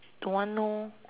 don't want orh